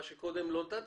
מה שקודם לא נתתי,